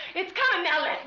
its coming now